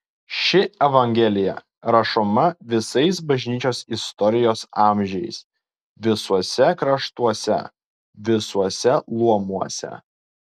ši evangelija rašoma visais bažnyčios istorijos amžiais visuose kraštuose visuose luomuose